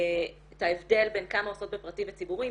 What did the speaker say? את ההבדל בין כמה עושות בפרטי וציבורי.